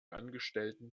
angestellten